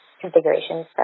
configurations